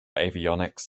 avionics